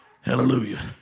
Hallelujah